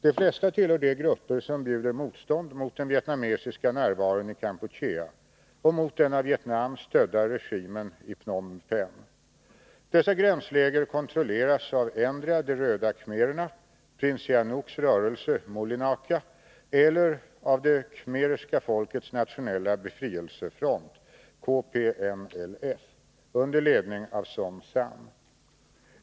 De flesta tillhör de grupper som bjuder motstånd mot den vietnamesiska närvaron i Kampuchea, och mot den av Vietnam stödda regimen i Phnom Penh. Dessa gränsläger kontrolleras av endera de Röda khmererna, prins Sihanouks rörelse Moulinaka eller det khmerska folkets nationella befrielsefront under ledning av Son Sann.